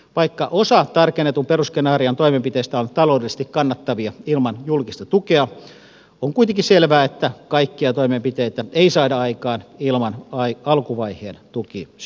vaikka osa tarkennetun perusskenaarion toimenpiteistä on taloudellisesti kannattavia ilman julkista tukea on kuitenkin selvää että kaikkia toimenpiteitä ei saada aikaan ilman alkuvaiheen tukisysäystä